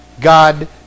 God